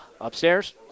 upstairs